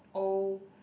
old